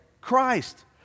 Christ